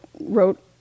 wrote